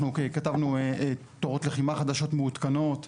אנחנו כתבנו תורות לחימה חדשות מעודכנות,